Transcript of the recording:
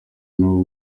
nawe